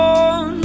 on